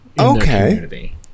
Okay